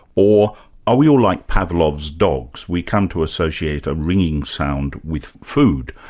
or are we all like pavlov's dogs? we come to associate a ringing sound with food,